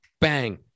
bang